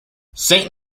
saint